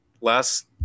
last